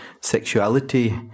sexuality